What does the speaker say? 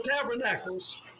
Tabernacles